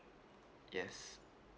yes